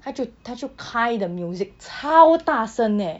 她就她就开 the music 超大声 eh